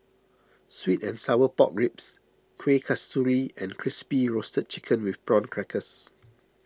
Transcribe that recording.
Sweet and Sour Pork Ribs Kueh Kasturi and Crispy Roasted Chicken with Prawn Crackers